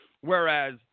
Whereas